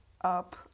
up